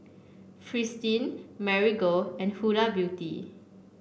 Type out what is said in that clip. Fristine Marigold and Huda Beauty